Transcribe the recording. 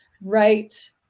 right